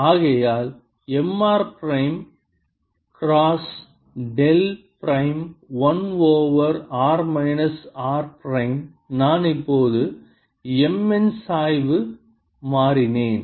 ஆகையால் M r prime cross del prime 1 over r minus r prime நான் இப்போது M n சாய்வு மாறினேன்